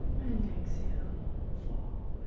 and exhale, fall.